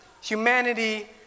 Humanity